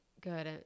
good